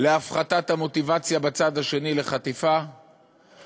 להפחתת המוטיבציה לחטיפה בצד השני,